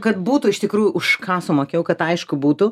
kad būtų iš tikrųjų už ką sumokėjau kad aišku būtų